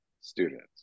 students